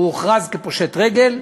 הוא הוכרז כפושט רגל,